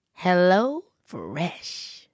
HelloFresh